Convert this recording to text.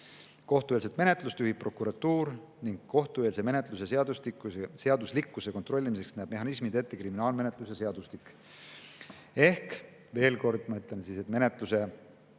Kohtueelset menetlust juhib prokuratuur ning kohtueelse menetluse seaduslikkuse kontrollimiseks näeb mehhanismid ette kriminaalmenetluse seadustik. Ma ütlen veel kord, et menetluse